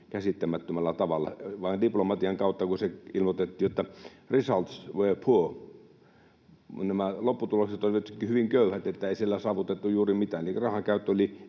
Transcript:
käsittämättömällä tavalla. Vain diplomatian kautta se ilmoitettiin, että ”results were poor” eli nämä lopputulokset olivat hyvin köyhät. Ei siellä saavutettu juuri mitään, eli rahankäyttö oli